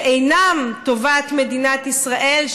שאינם טובת מדינת ישראל,